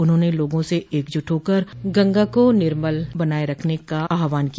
उन्होंने लोगों से एकजुट होकर गंगा को निर्मल बनाये रखने का आहवान किया